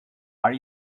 are